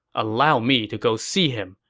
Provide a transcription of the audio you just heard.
allow me to go see him,